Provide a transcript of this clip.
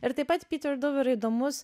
ir taip pat piter dough yra įdomus